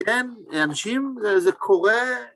כן, לאנשים, זה קורה...